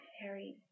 Harry